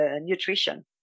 nutrition